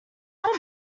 what